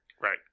Right